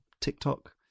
TikTok